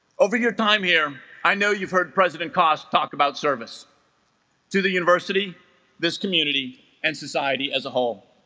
over your time here i know you've heard president cauce talk about service to the university this community and society as a whole